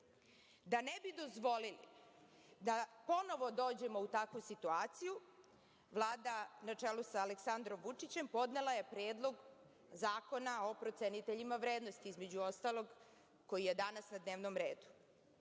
ne bi dozvolili da ponovo dođemo u takvu situaciju, Vlada, na čelu sa Aleksandrom Vučićem, podnela je Predlog zakona o proceniteljima vrednosti, između ostalog, koji je danas na dnevnom redu.